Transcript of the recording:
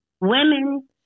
Women